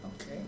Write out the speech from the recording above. okay